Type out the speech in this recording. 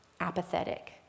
apathetic